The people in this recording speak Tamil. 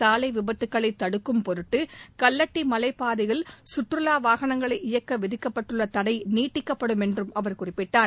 சாலை விபத்துக்களைத் தடுக்கும் பொருட்டு கல்லட்டி மலைப்பாதையில் சுற்றுவா வாகனங்களை இயக்க விதிக்கப்பட்டுள்ள தடை நீட்டிக்கப்படும் என்றும் அவர் குறிப்பிட்டார்